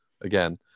again